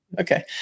Okay